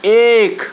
ایک